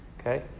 Okay